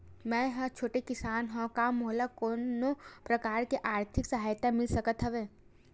मै ह छोटे किसान हंव का मोला कोनो प्रकार के आर्थिक सहायता मिल सकत हवय?